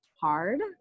hard